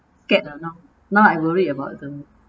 get or not now I worry about them